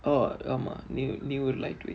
uh ஆமா நீ ஒரு நீ ஒரு:aamaa nee oru nee oru lightweight